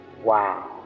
Wow